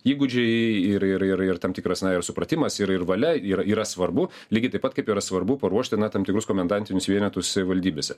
įgūdžiai ir ir ir ir tam tikras na ir supratimas ir ir valia yr yra svarbu lygiai taip pat kaip yra svarbu paruošti na tam tikrus komendantinius vienetus savivaldybėse